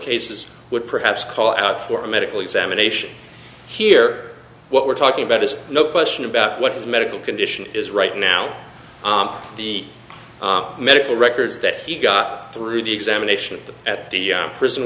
cases would perhaps call out for a medical examination here what we're talking about is no question about what his medical condition is right now the medical records that he got through the examination at the prison